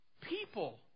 People